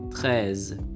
treize